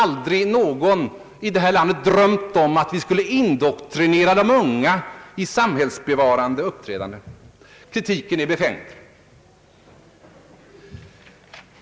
Ingen i detta land har drömt om att vi skulle indoktrinera de unga i samhällsbevarande uppträdande. Kritiken är befängd.